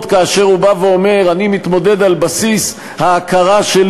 כאשר הוא בא ואומר: אני מתמודד על בסיס ההכרה שלי